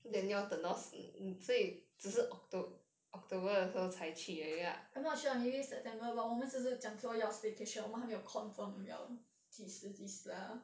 I'm not sure maybe september 我们只是讲说要 staycation 我们还没有 confirm 要几时几时 ah